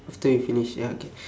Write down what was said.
after we finish ya okay